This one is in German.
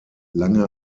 lange